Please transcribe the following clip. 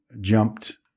jumped